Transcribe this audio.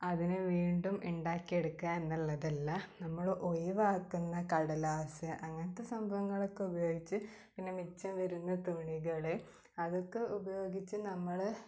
അതിന് വീണ്ടും ഉണ്ടാക്കി എടുക്കാന്നുള്ളതല്ല നമ്മൾ ഒഴിവാക്കുന്ന കടലാസ്സ് അങ്ങനത്തെ സംഭവങ്ങളക്കെ ഉപയോഗിച്ച് പിന്നെ മിച്ചം വരുന്ന തുണികൾ അതൊക്കെ ഉപയോഗിച്ച് നമ്മൾ